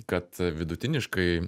kad vidutiniškai